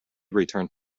returned